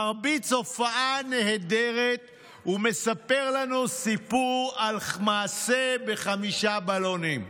הוא מרביץ הופעה נהדרת ומספר לנו סיפור על מעשה בחמישה בלונים.